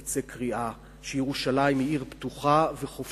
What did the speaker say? תצא קריאה שירושלים היא עיר פתוחה וחופשית,